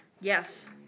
Yes